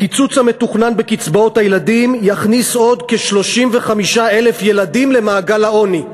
הקיצוץ המתוכנן בקצבאות הילדים יכניס עוד כ-35,000 ילדים למעגל העוני,